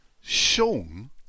Sean